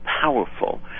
powerful